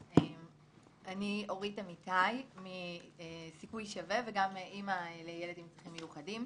אני מסיכוי שווה וגם אימא לילד עם צרכים מיוחדים.